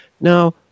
Now